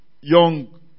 young